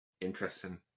Interesting